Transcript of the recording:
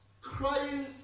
crying